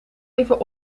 even